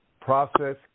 process